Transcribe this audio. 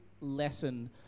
lesson